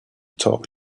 talk